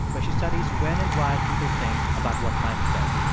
where she studies when and why people think about what might have been.